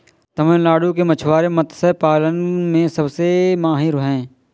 तमिलनाडु के मछुआरे मत्स्य पालन में सबसे माहिर हैं